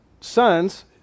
sons